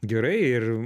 gerai ir